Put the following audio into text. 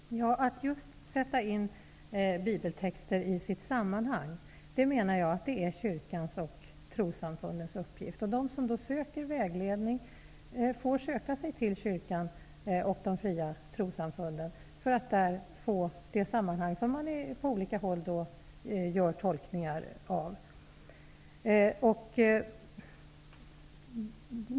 Herr talman! Att just sätta in bibeltexten i sitt sammanhang är kyrkans och trossamfundens uppgift. De som söker vägledning får söka sig till kyrkan och de fria trossamfunden för att där få det sammanhang som man på olika håll gör tolkningar av.